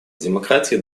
демократии